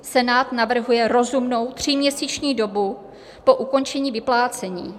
Senát navrhuje rozumnou tříměsíční dobu po ukončení vyplácení.